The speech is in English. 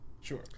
sure